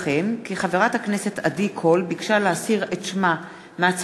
בהצעת חוק פ/1963/19 וכלה בהצעת חוק פ/1977/19,